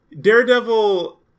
Daredevil